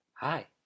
Hi